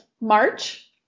March